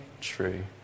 true